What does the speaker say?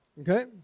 Okay